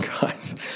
guys